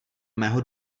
mého